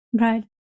Right